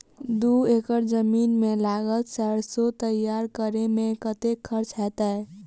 दू एकड़ जमीन मे लागल सैरसो तैयार करै मे कतेक खर्च हेतै?